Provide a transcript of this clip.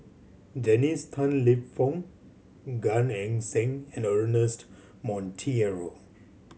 Dennis Tan Lip Fong Gan Eng Seng and Ernest Monteiro